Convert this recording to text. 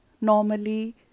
normally